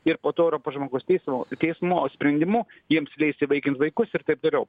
ir po to europos žmogaus teisių teismo sprendimu jiems įsivaikint vaikus ir taip toliau